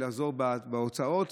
לעזור בהוצאות,